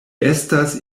estas